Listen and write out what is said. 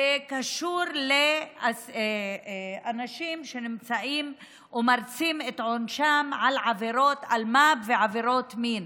בקשר לאנשים שנמצאים או מרצים את עונשם על עבירות אלמ"ב ועבירות מין.